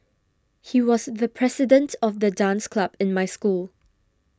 he was the president of the dance club in my school